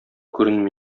күренми